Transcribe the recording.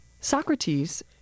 Socrates